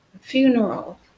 funeral